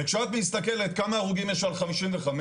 וכשאת מסתכלת כמה הרוגים יש על 55,